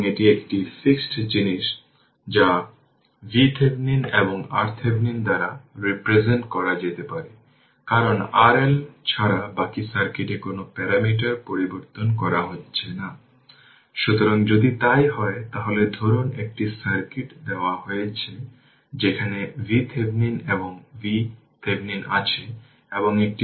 সুতরাং স্টেপ ফাংশনটি কারেন্ট বা i 3v এ আউটপুট পরিবর্তনের রিপ্রেসেন্ট করতে ব্যবহার করা যেতে পারে এবং ডিজিটাল কম্পিউটার এবং কন্ট্রোল সিস্টেম সার্কিটে এই ধরনের আকস্মিক পরিবর্তন ঘটে